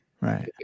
right